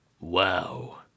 Wow